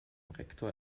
rektor